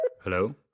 Hello